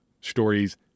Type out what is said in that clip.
stories